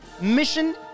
mission